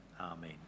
Amen